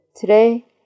...today